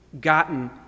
gotten